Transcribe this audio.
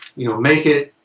you know, make it.